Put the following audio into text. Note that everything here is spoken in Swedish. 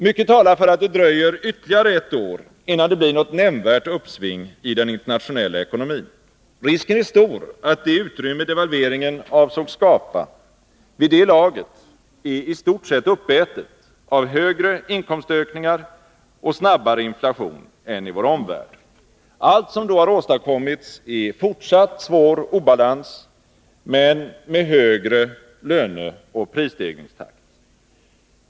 Mycket talar för att det dröjer ytterligare ett år innan det blir något nämnvärt uppsving i den internationella ekonomin. Risken är stor att det utrymme devalveringen avsågs skapa vid det laget är i stort sett uppätet av högre inkomstökningar och snabbare inflation än i vår omvärld. Allt som då har åstadkommits är fortsatt svår obalans, men med högre löneoch prisstegringstakt.